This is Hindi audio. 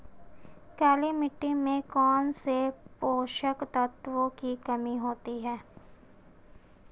काली मिट्टी में कौनसे पोषक तत्वों की कमी होती है?